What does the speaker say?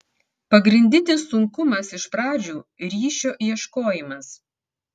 pagrindinis sunkumas iš pradžių ryšio ieškojimas